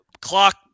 clock